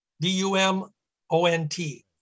D-U-M-O-N-T